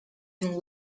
and